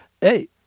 hey